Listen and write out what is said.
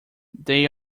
they